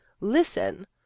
Listen